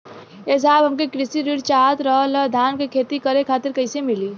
ए साहब हमके कृषि ऋण चाहत रहल ह धान क खेती करे खातिर कईसे मीली?